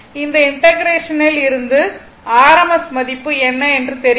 இந்த இண்டெகரேஷனில் இருந்து RMS மதிப்பு என்ன என்று தெரிகிறது